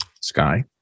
Sky